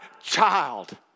child